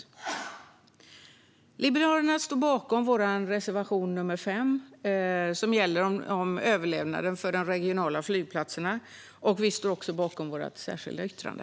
Vi i Liberalerna står bakom vår reservation nr 5, som handlar om överlevnaden för de regionala flygplatserna, och vi står även bakom vårt särskilda yttrande.